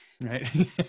right